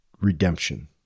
redemption